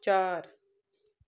ਚਾਰ